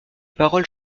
paroles